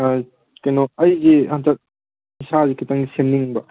ꯀꯩꯅꯣ ꯑꯩꯒꯤ ꯍꯟꯗꯛ ꯏꯁꯥꯁꯦ ꯈꯤꯇꯪ ꯁꯦꯝꯅꯤꯡꯕ